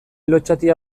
lotsatia